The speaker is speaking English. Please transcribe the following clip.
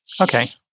okay